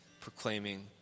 proclaiming